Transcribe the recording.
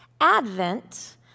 Advent